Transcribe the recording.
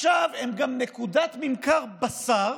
עכשיו הם גם נקודת ממכר בשר,